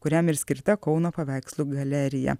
kuriam ir skirta kauno paveikslų galerija